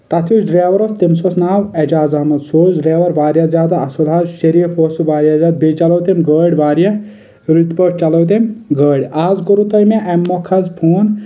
تتھ یُس ڈرایور اوس تٔمِس اوس ناو ایجاز احمد سُہ اوس ڈرایور واریاہ زیادٕ اصٕل حظ شریف اوس سُہ واریاہ زیادٕ بییٚہِ چلٲو تٔمۍ گٲڑۍ واریاہ رٔتۍ پٲٹھۍ چلٲو تٔمۍ گٲڑۍ آز کوٚروُ تۄہہِ مےٚ امہِ مۄکھ حظ فون